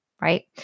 right